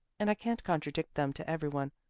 and i can't contradict them to every one,